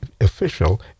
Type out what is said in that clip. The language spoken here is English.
official